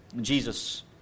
Jesus